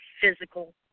physical